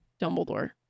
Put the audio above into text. Dumbledore